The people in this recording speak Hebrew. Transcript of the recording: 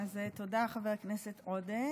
תודה, חבר הכנסת עודה.